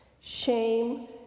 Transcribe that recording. Shame